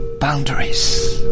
boundaries